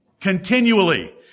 continually